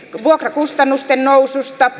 vuokrakustannusten noususta